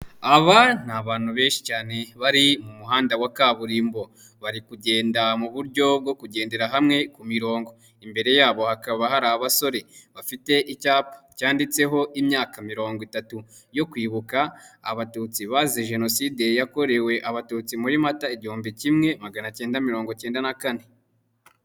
Aba ni abantu benshi cyane bari mu muhanda wa kaburimbo. Bari kugenda mu buryo bwo kugendera hamwe ku mirongo. Imbere yabo hakaba hari abasore bafite icyapa cyanditseho imyaka mirongo itatu yo kwibuka abatutsi bazize jenoside yakorewe abatutsi muri mata igihumbi kimwe maganacyenda mirongo icyenda na kane.